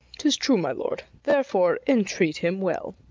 tis true, my lord therefore entreat him well.